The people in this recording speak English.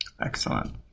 Excellent